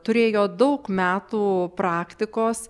turėjo daug metų praktikos